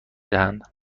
دهند